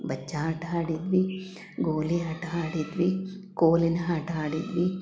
ಬಚ್ಚ ಆಟ ಆಡಿದ್ವಿ ಗೋಲಿ ಆಟ ಆಡಿದ್ವಿ ಕೋಲಿನ ಆಟ ಆಡಿದ್ವಿ